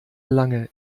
lange